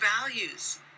values